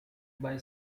buy